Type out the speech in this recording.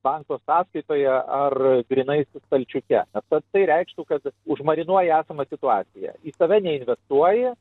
banko sąskaitoje ar grynaisiais stalčiuke na tai reikštų kad užmarinuoji esamą situaciją į save neinvestuoji